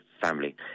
family